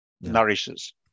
nourishes